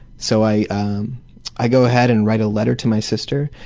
so i i go ahead and write a letter to my sister,